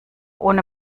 ohne